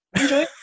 enjoy